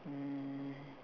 um